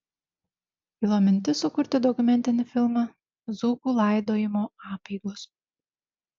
kilo mintis sukurti dokumentinį filmą dzūkų laidojimo apeigos